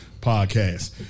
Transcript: podcast